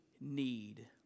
need